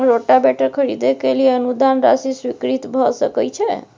Rotavator खरीदे के लिए अनुदान राशि स्वीकृत भ सकय छैय?